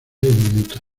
minutos